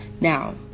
Now